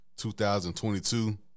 2022